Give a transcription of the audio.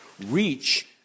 reach